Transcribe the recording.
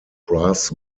brass